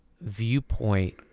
viewpoint